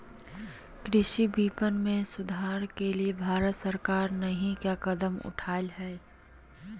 कृषि विपणन में सुधार के लिए भारत सरकार नहीं क्या कदम उठैले हैय?